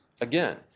again